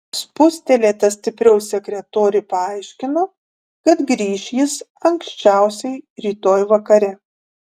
spustelėta stipriau sekretorė paaiškino kad grįš jis anksčiausiai rytoj vakare